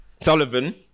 Sullivan